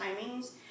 timings